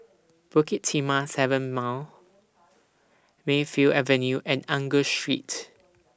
Bukit Timah seven Mile Mayfield Avenue and Angus Street